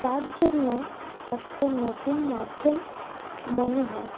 যার জন্য একটা নতুন মাধ্যম মনে হয়